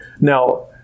Now